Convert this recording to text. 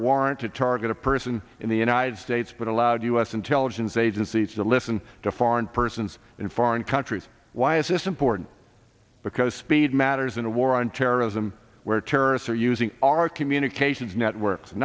warrant to target a person in the united states but allowed u s intelligence agencies to listen to foreign persons in foreign countries why is this important because speed matters in a war on terrorism where terrorists are using our communications networks